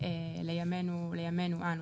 לימינו אנו.